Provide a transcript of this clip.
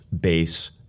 base